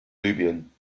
libyen